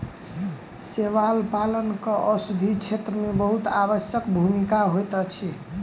शैवाल पालनक औषधि क्षेत्र में बहुत आवश्यक भूमिका होइत अछि